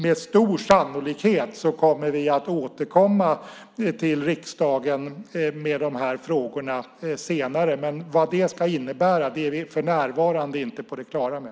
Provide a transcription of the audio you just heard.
Med stor sannolikhet kommer vi att återkomma till riksdagen med de här frågorna senare, men vad det ska innebära är vi för närvarande inte på det klara med.